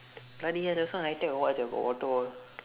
bloody hell just now I take a walk inside got water all